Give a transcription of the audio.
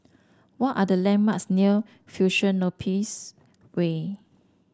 what are the landmarks near Fusionopolis Way